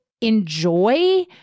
enjoy